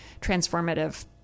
transformative